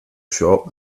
shop